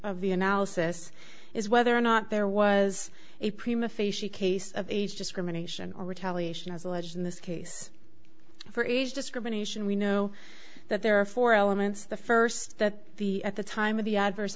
of the analysis is whether or not there was a prima facie case of age discrimination or retaliation as alleged in this case for age discrimination we know that there are four elements the first that the at the time of the adverse